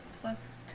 plus